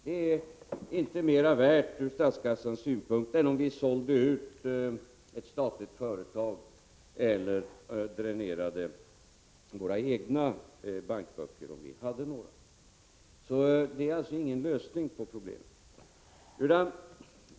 Det är inte mera värt ur statskassans synpunkt än om vi sålde ut ett statligt företag eller dränerade våra egna bankböcker om vi hade några. Det är alltså ingen lösning på problemet.